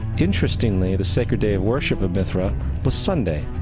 interestingly, the sacred day of worship of mithra was sunday.